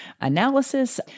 analysis